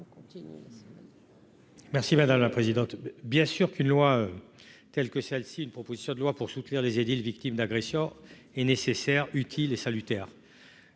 Merci madame la présidente, bien sûr, qu'une loi telle que celle-ci, une proposition de loi pour soutenir les édiles victime d'agression est nécessaire, utile et salutaire.